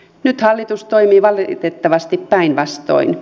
nyt hallitus toimii valitettavasti päinvastoin